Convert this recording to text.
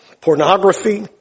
pornography